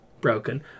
Broken